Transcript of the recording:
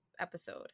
episode